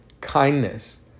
kindness